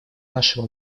нашему